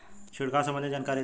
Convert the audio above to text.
छिड़काव संबंधित जानकारी दी?